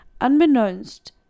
Unbeknownst